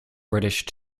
british